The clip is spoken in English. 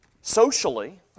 socially